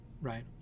Right